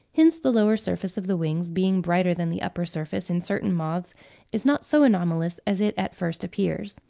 hence the lower surface of the wings being brighter than the upper surface in certain moths is not so anomalous as it at first appears.